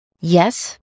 Yes